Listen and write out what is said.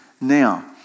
now